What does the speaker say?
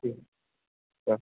अ अ